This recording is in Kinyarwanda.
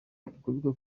twibuke